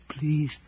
please